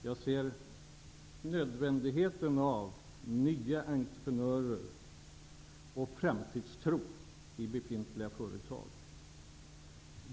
Jag ser nödvändigheten av nya entreprenörer och framtidstro i befintliga företag.